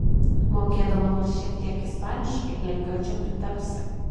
mokėdama nors šiek tiek ispaniškai lengviau čia pritapsi